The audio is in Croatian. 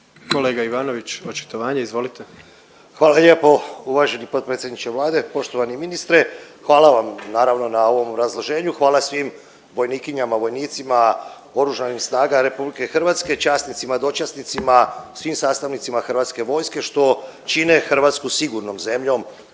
**Ivanović, Goran (HDZ)** Hvala lijepo uvaženi potpredsjedniče Vlade, poštovani ministre. Hvala vam naravno na ovom obrazloženju, hvala svim vojnikinjama, vojnicima, Oružanim snagama Republike Hrvatske, časnicima, dočasnicima, svim sastavnicima Hrvatske vojske što čine Hrvatsku sigurnom zemljom